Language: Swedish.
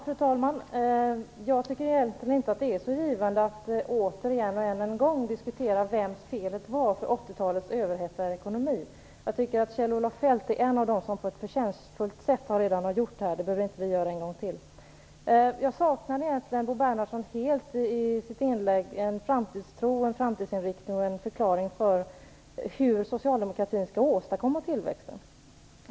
Fru talman! Jag tycker att det inte är så givande att återigen och än en gång diskutera vems fel det var att vi fick 80-talets överhettade ekonomi. Kjell-Olof Feldt är en av dem som på ett förtjänstfullt sätt redan har gjort detta - det behöver inte vi göra en gång till. Jag saknade i Bo Bernhardssons inlägg helt en framtidstro och en framtidsinriktning och en förklaring för hur socialdemokratin skall åstadkomma tillväxten.